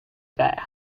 there